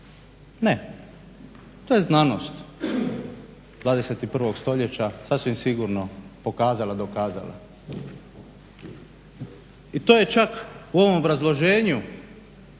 Ne, to je znanost 21. stoljeća, sasvim sigurno pokazala, dokazala. I to je čak u ovom obrazloženju